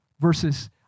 versus